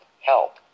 Help